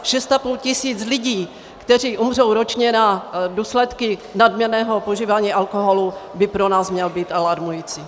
6,5 tisíc lidí, kteří umřou ročně na důsledky nadměrného požívání alkoholu, by pro nás mělo být alarmující.